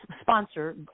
sponsor